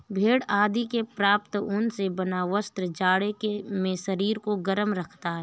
भेड़ आदि से प्राप्त ऊन से बना वस्त्र जाड़े में शरीर को गर्म रखता है